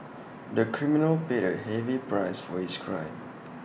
the criminal paid A heavy price for his crime